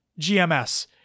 GMS